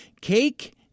Cake